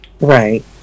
right